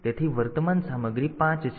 તેથી વર્તમાન સામગ્રી 5 છે